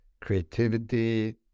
creativity